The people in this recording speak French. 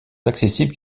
accessibles